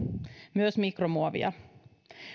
myös mikromuovia